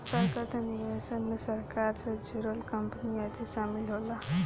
संस्थागत निवेशक मे सरकार से जुड़ल कंपनी आदि शामिल होला